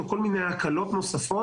או כל מיני הקלות נוספות,